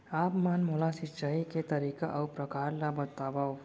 आप मन मोला सिंचाई के तरीका अऊ प्रकार ल बतावव?